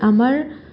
আমাৰ